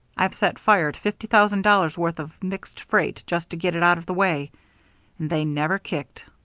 i've set fire to fifty thousand dollars' worth of mixed freight just to get it out of the way and they never kicked.